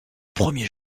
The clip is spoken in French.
premier